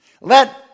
Let